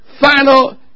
final